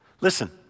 Listen